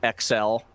XL